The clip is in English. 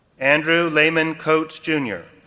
andrew lehman coats, jr,